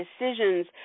decisions